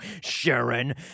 Sharon